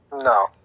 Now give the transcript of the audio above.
No